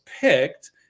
picked